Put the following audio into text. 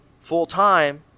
full-time